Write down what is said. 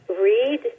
read